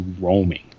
roaming